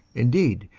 indeed,